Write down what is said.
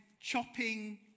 chopping